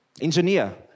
Engineer